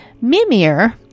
Mimir